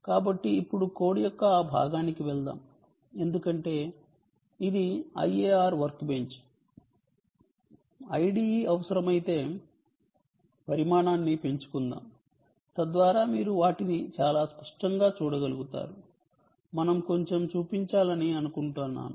కాబట్టి ఇప్పుడు కోడ్ యొక్క ఆ భాగానికి వెళ్దాం ఎందుకంటే ఇది IAR వర్క్బెంచ్ IDE అవసరమైతే పరిమాణాన్ని పెంచుకుందాం తద్వారా మీరు వాటిని చాలా స్పష్టంగా చూడగలుగుతారు మనం కొంచెం చూపించాలని అనుకుంటున్నాను